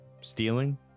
stealing